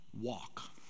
walk